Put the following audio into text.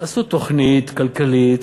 עשו תוכנית כלכלית